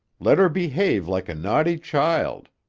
let her behave like a naughty child,